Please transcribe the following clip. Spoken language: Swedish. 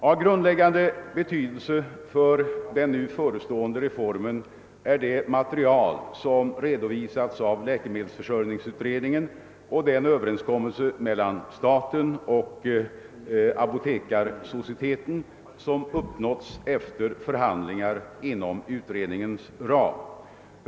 Av grundläggande betydelse för den nu förestående reformen är det material som har redovisats av läkemedelsförsörjningsutredningen och den överenskommelse mellan staten och Apotekarsocieteten som uppnåtts efter förhandlingar inom utredningens ram.